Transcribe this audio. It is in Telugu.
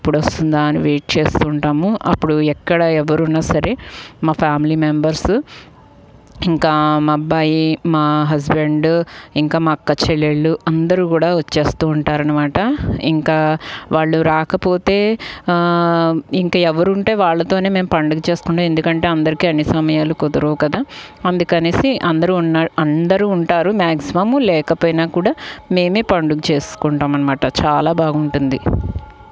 ఎప్పుడొస్తుందా అని వెయిట్ చేస్తూ ఉంటాము అప్పుడు ఎక్కడ ఎవరు ఉన్నా సరే మా ఫ్యామిలీ మెంబర్స్ ఇంకా మా అబ్బాయి మా హస్బెండ్ ఇంకా మా అక్క చెల్లెలు అందరూ కూడా వచ్చేస్తూ ఉంటారు అనమాట ఇంకా వాళ్ళు రాకపోతే ఇంకా ఎవరు ఉంటే వాళ్ళతోనే మేము పండుగ చేసుకుంటాం ఎందుకంటే అందరికీ అన్ని సమయాలు కుదరవు కదా అందుకనేసి అందరూ ఉంటా అందరూ ఉంటారు మ్యాక్సిమమ్ లేకపోయినా కూడా మేమే పండుగ చేసుకుంటాం అనమాట చాలా బాగుంటుంది